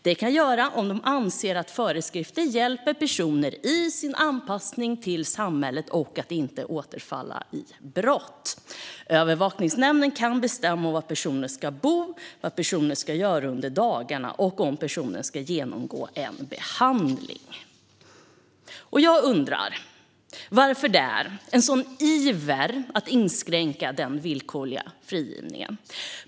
Det kan de göra om de anser att föreskrifter hjälper personen att anpassa sig till samhället och att inte återfalla i brott. Övervakningsnämnden kan bestämma var personen ska bo, vad personen ska göra under dagarna och om personen ska genomgå en behandling. Jag undrar varför det är en sådan iver i fråga om att inskränka den villkorliga frigivningen.